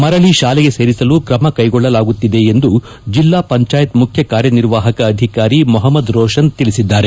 ಮರಳಿ ಶಾಲೆಗೆ ಸೇರಿಸಲು ಕ್ರಮ ಕೈಗೊಳ್ಳಲಾಗುತ್ತಿದೆ ಎಂದು ಜಿಲ್ಲಾ ಪಂಚಾಯತ್ ಮುಖ್ಯ ಕಾರ್ಯನಿರ್ವಾಹಕ ಅಧಿಕಾರಿ ಮೊಹಮ್ಮದ್ ರೋಶನ್ ತಿಳಿಸಿದ್ದಾರೆ